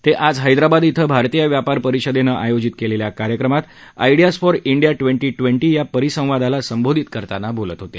ते आज हैदराबाद क्षें भारतीय व्यापार परिषदेनं आयोजित केलेल्या कार्यक्रमात ideas for India twenty twenty या परिसंवादाला संबोधित करताना बोलत होते